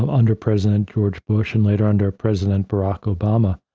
um under president george bush and later, under president barack obama.